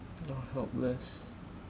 you're helpless